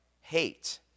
hate